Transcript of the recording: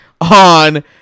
on